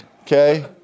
okay